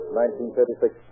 1936